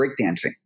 breakdancing